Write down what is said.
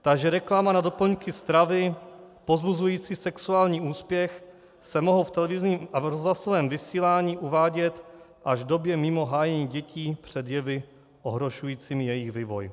Takže reklama na doplňky stravy povzbuzující sexuální úspěch se mohou v televizním a rozhlasovém vysílání uvádět až v době mimo hájení dětí před jevy ohrožujícími jejich vývoj.